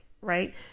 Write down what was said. right